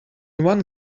one